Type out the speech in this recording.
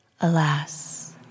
Alas